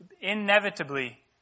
inevitably